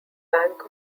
bank